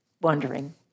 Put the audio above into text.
wondering